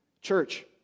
Church